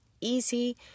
easy